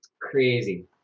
Crazy